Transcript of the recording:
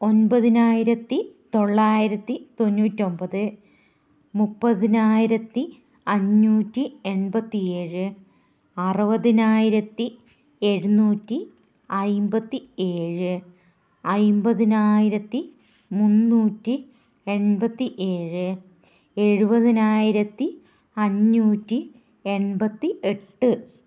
ഒൻപതിനായിരത്തി തൊള്ളായിരത്തി തൊണ്ണൂറ്റി ഒൻപത് മുപ്പതിനായിരത്തി അഞ്ഞൂറ്റി എൺപത്തി ഏഴ് അറുപതിനായിരത്തി എഴുന്നൂറ്റി അൻപത്തി ഏഴ് അൻപതിനായിരത്തി മുന്നൂറ്റി എൺപത്തി ഏഴ് എഴുപതിനായിരത്തി അഞ്ഞൂറ്റി എൺപത്തി എട്ട്